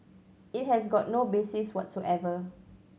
it has got no basis whatsoever